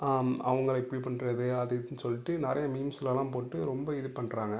அவங்களை இப்படி பண்ணுறது அது இதுன்னு சொல்லிட்டு நிறையா மீம்ஸ்லெல்லாம் போட்டு ரொம்ப இது பண்ணுறாங்க